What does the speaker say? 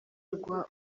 rwa